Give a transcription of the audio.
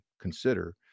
consider